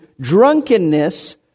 drunkenness